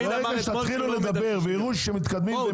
שתתחילו לדבר ויראו שמתקדמים,